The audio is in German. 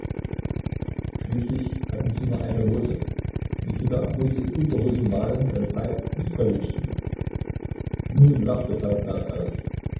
schließlich hatten sie nur eine hose mikita mußte in unterhosen malen wenn falk ins kolleg ging nun lachte falk laut auf